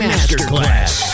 Masterclass